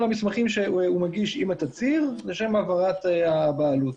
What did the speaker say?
המסמכים שהוא מגיש עם התצהיר לשם העברת הבעלות.